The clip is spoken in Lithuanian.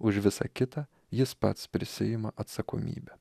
už visą kitą jis pats prisiima atsakomybę